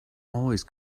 always